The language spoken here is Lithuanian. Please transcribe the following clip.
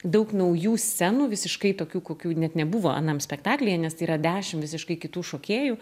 daug naujų scenų visiškai tokių kokių net nebuvo anam spektaklyje nes tai yra dešim visiškai kitų šokėjų